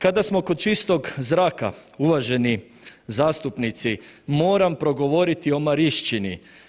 Kada smo kod čistog zraka, uvaženi zastupnici, moram progovoriti o Marišćini.